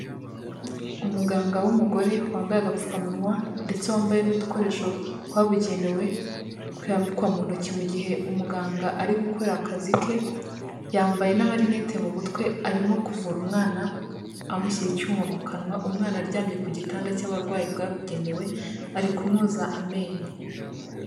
Umuganga w'umugore wambaye agapfukamunwa, ndetse wambaye n'udukoresho twabugenewe twambikwa mu ntoki mu gihe umuganga ari gukora akazi ke, yambaye n'amarineti mu mutwe, arimo kuvura umwana amushyira icyuma mu kanwa, umwana aryamye ku gitanda cy'abarwayi bwabugenewe, ari kumwoza amenyo.